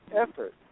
effort